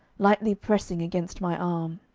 lightly pressing against my arm.